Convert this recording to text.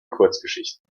kurzgeschichten